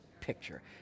picture